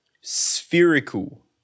Spherical